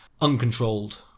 uncontrolled